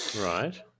Right